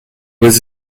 was